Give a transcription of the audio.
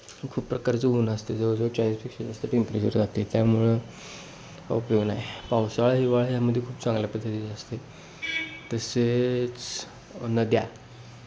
खूप प्रकारचं ऊन असतं आहे जवळ जवळ चाळीसपेक्षा जास्त टेम्परेचर जातं आहे त्यामुळं काही उपयोग नाही पावसाळा हिवाळा ह्यामध्ये खूप चांगल्या पद्धतीने असते तसेच नद्या